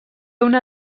una